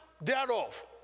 thereof